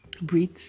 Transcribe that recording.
breathe